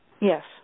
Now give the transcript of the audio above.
Yes